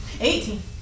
Eighteen